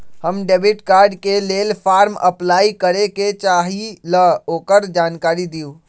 हम debit card के लेल फॉर्म अपलाई करे के चाहीं ल ओकर जानकारी दीउ?